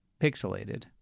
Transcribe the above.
pixelated